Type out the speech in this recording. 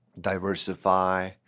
diversify